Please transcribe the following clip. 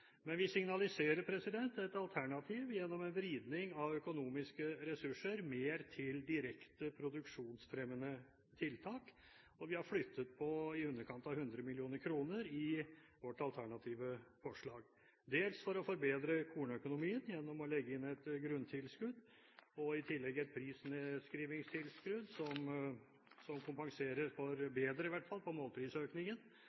Men vi signaliserer et alternativ gjennom en vridning av økonomiske ressurser mer til direkte produksjonsfremmende tiltak. Vi har flyttet på i underkant av 100 mill. kr i vårt alternative forslag, dels for å forbedre kornøkonomien, ved å legge inn et grunntilskudd og i tillegg et prisnedskrivingstilskudd som kompenserer bedre for